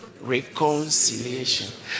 reconciliation